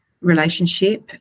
relationship